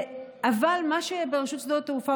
אבל מה שעושים ברשות שדות התעופה,